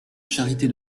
charité